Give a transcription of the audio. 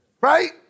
Right